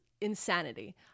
insanity